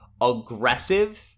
aggressive